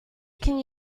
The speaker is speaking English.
can